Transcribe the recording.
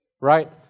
right